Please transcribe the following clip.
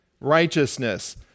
righteousness